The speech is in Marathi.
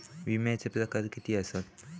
विमाचे प्रकार किती असतत?